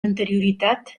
anterioritat